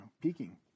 peaking